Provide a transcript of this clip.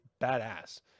badass